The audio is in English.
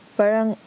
parang